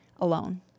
alone